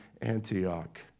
Antioch